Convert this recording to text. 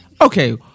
okay